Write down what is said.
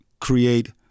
create